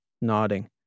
nodding